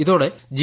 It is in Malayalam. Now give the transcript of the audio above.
ഇതോടെ ജി